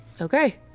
Okay